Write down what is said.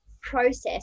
process